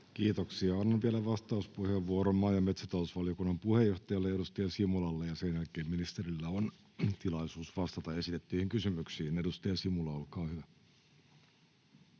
Kiitoksia. — Annan vielä vastauspuheenvuoron maa- ja metsätalousvaliokunnan puheenjohtajalle, edustaja Simulalle, ja sen jälkeen ministerillä on tilaisuus vastata esitettyihin kysymyksiin. — Edustaja Simula, olkaa hyvä.